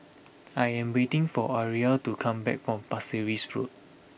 I am waiting for Aria to come back from Pasir Ris Road